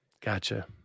Gotcha